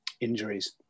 injuries